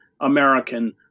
American